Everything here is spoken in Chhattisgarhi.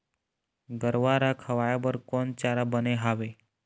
गरवा रा खवाए बर कोन चारा बने हावे?